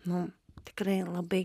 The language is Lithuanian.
nu tikrai labai